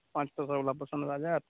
पाँच छओ सएवला पसन्द भऽ जायत